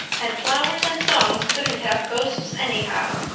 and flowers and songs couldn't have ghosts anyhow.